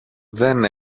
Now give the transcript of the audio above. δεν